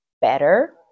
better